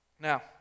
Now